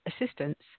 assistance